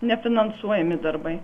nefinansuojami darbai